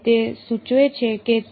તેથી તે સૂચવે છે કે